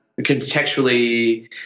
contextually